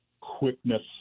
quickness